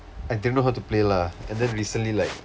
I didn't know how to play lah and then recently like